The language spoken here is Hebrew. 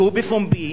שבפומבי,